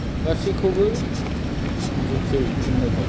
गासैखौबो मोनजोबसै फिन्नायखौ